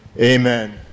Amen